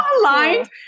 aligned